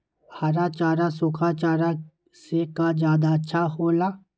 हरा चारा सूखा चारा से का ज्यादा अच्छा हो ला?